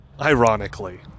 Ironically